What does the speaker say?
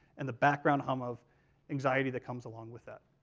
and the background hum of anxiety that comes along with that.